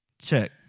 Check